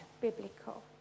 biblical